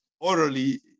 orally